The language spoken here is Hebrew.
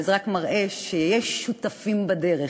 אבל זה רק מראה שיש שותפים בדרך,